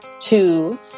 Two